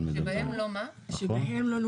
שבהם לא נוגעים,